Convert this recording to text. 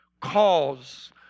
cause